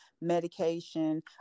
medication